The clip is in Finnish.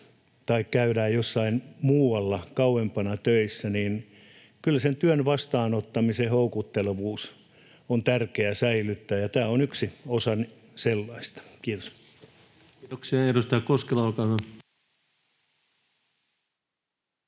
joten kaupunkiseuduilla on aivan selvää, että kyllä sen työn vastaanottamisen houkuttelevuus on tärkeää säilyttää, ja tämä on yksi osa sellaista. — Kiitos. Kiitoksia. — Edustaja Koskela, olkaa hyvä.